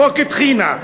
חוק טחינה,